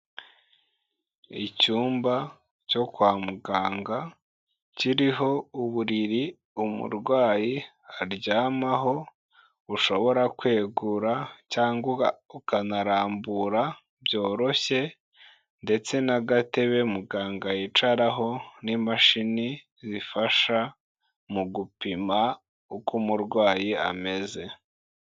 Icyumba cyo kwa muganga kiriho uburiri umurwayi aryamaho, ushobora kwegura cyangwa ukanarambura byoroshye ndetse n'agatebe muganga yicaraho n'imashini zifasha mu gupima uko umurwayi ameze.